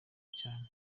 cyane